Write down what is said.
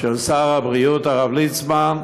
של שר הבריאות הרב ליצמן,